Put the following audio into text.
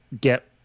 get